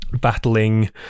battling